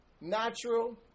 natural